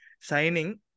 signing